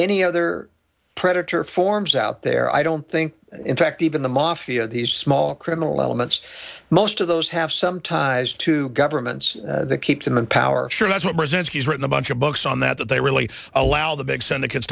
any other predator forms out there i don't think in fact even the mafia these small criminal elements most of those have some times to governments keep them in power sure doesn't present he's written a bunch of books on that that they really allow the big send the kids